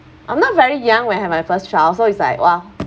I'm not very young when have my first child so it's like !whoa!